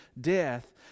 death